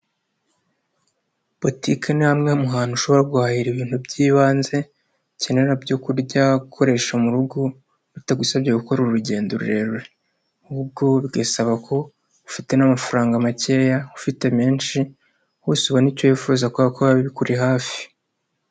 Butike ni hamwe mu hantu ushobora guhahira ibintu by'ibanze ukenera byo kurya ukoresha mu rugo bitagusabye gukora urugendo rurerure, ahubwo bigasaba ko ufite n'amafaranga makeya ufite menshi wese ubona icyo wifuza kubera ko biba bikuri hafi.